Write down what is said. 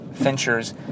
Fincher's